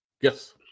Yes